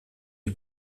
sie